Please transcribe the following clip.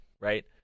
right